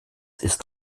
ist